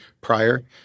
prior